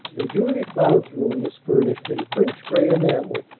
and julia cloud's room was furnished in french gray enamel,